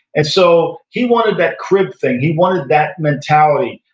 and so, he wanted that crib thing. he wanted that mentality,